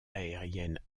aérienne